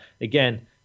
again